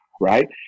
right